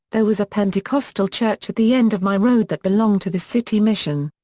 there was a pentecostal church at the end of my road that belonged to the city mission.